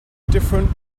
different